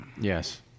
Yes